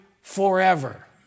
forever